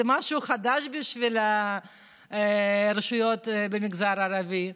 זה משהו חדש בשביל הרשויות במגזר הערבי,